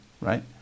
right